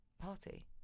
party